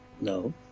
No